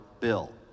Bill